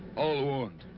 old wound.